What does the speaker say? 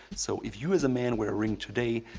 so if you as a man wear a ring today,